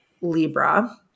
libra